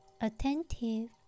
attentive